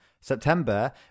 September